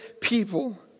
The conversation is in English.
people